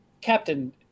Captain